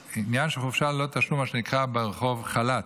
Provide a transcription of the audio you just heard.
מה שנקרא ברחוב חל"ת,